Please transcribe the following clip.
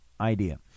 idea